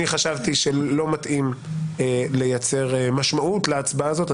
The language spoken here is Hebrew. אני חשבתי שלא מתאים לייצר משמעות להצבעה הזאת.